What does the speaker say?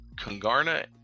Kungarna